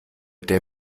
der